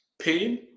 pain